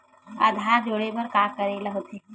आधार जोड़े बर का करे ला होथे?